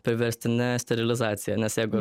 priverstina sterilizacija nes jeigu